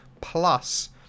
plus